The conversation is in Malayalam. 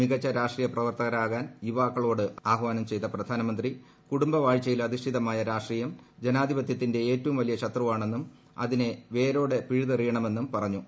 മികച്ച രാഷ്ട്രീയ പ്രവർത്തകരാകാൻ യുവാക്കളോട് ആഹ്വാനം ചെയ്ത പ്രധാനമന്ത്രി കുടുംബവാഴ്ചയിൽ അധിഷ്ഠിതമായ രാഷ്ട്രീയം ജനാധിപത്യത്തിന്റെ ഏറ്റവും വലിയ ശത്രുവാണെന്നും അതിനെ വേരോടെ പിഴുതെറിയണമെന്നും പറഞ്ഞു